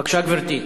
בבקשה, גברתי.